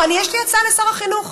יש לי הצעה לשר החינוך: